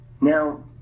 Now